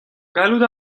gallout